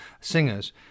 singers